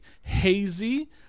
hazy